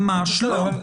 ממש לא.